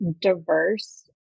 diverse